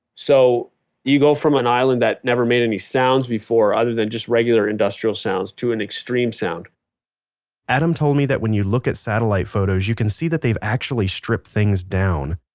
so you go from an island that never made any sounds before, other than just regular industrial sounds, to an extreme sound adam told me that when you look at satellite photos you can see that they've actually stripped things down.